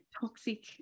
toxic